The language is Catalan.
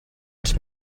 ens